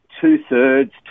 two-thirds